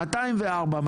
204,